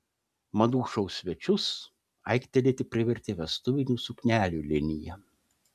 madų šou svečius aiktelėti privertė vestuvinių suknelių linija